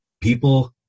people